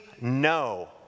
no